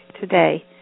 today